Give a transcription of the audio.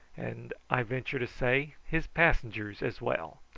and, i venture to say, his passengers as well.